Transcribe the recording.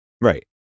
Right